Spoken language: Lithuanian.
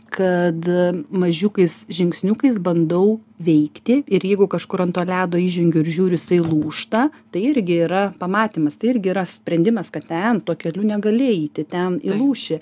kad mažiukais žingsniukais bandau veikti ir jeigu kažkur ant to ledo įžengiu ir žiūriu jisai lūžta tai irgi yra pamatymas tai irgi yra sprendimas kad ten tuo keliu negali eiti ten įlūšį